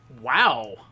Wow